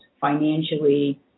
financially